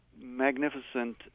magnificent